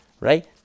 right